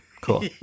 Cool